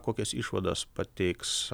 kokias išvadas pateiks